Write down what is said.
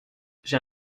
j’ai